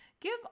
Give